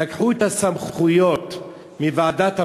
שלקחו את הסמכויות מוועדת הפטור,